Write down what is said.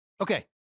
Okay